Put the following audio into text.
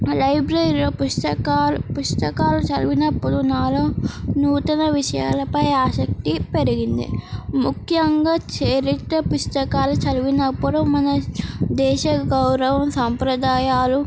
లైబ్రరీలో పుస్తకాలు పుస్తకాలు చదివినప్పుడు నాలో నూతన విషయాలపై ఆసక్తి పెరిగింది ముఖ్యంగా చరిత్ర పుస్తకాలు చదివినప్పుడు మన దేశ గౌరవం సాంప్రదాయాలు